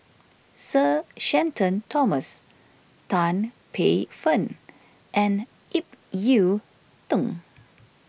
Sir Shenton Thomas Tan Paey Fern and Ip Yiu Tung